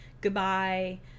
goodbye